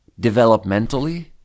developmentally